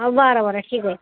बरं बरं ठीक आहे